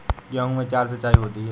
गेहूं में चार सिचाई होती हैं